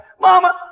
Mama